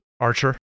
archer